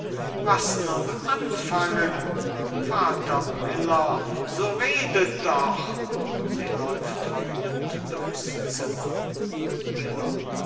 was nun anfangen vater miller so rede doch sie läuft heulend durchs zimmer miller